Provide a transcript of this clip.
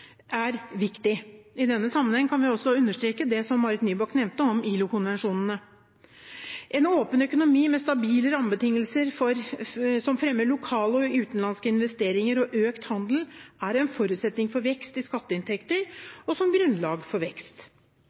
er viktig. I denne sammenheng kan vi også understreke det som Marit Nybakk nevnte, om ILO-konvensjonene. En åpen økonomi med stabile rammebetingelser som fremmer lokale og utenlandske investeringer og økt handel, er en forutsetning for vekst i skatteinntekter og som grunnlag for vekst.